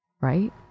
right